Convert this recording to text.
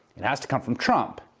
it has to come from trump.